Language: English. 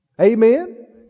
Amen